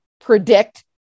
predict